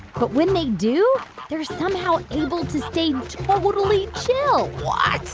but when they do, they're somehow able to stay totally chill what?